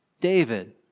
David